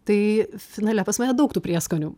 tai finale pas mane daug tų prieskonių